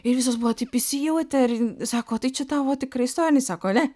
ir visos buvo taip įsijautę ir ji sako o tai čia tavo tikra istorija jinai sako ne